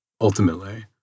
ultimately